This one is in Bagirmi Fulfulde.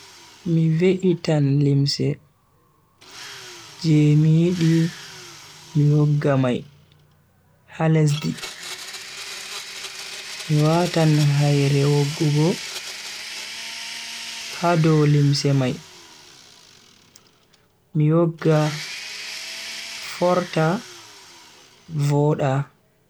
Mi ve'itan limse je mi yidi mi wogga mai ha lesdi, mi watan haire woggugo ha dow limse mai mi wogga forta voda.